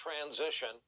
transition